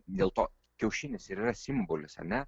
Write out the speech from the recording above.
dėl to kiaušinis ir yra simbolis ar ne